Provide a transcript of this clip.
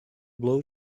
blow